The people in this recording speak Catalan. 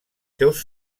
seus